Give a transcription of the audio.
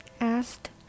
asked